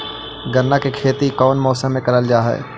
गन्ना के खेती कोउन मौसम मे करल जा हई?